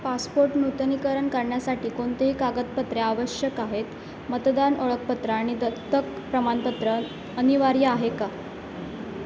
passport नूतनीकरण करण्यासाठी कोणती कागदपत्रे आवश्यक आहेत मतदान ओळखपत्र आणि दत्तक प्रमाणपत्र अनिवार्य आहे का